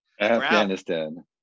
Afghanistan